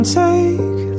take